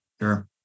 Sure